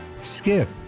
Skip